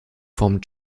vom